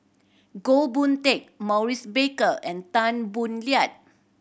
Goh Boon Teck Maurice Baker and Tan Boo Liat